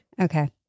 okay